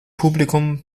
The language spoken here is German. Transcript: publikum